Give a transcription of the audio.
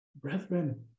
Brethren